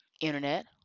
internet